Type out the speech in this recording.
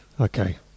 Okay